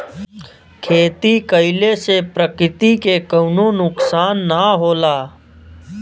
खेती कइले से प्रकृति के कउनो नुकसान ना होला